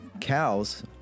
cows